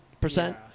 percent